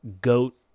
Goat